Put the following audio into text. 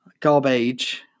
garbage